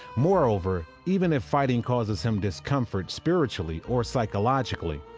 moreover, even if fighting causes him discomfort spiritually or psychologically,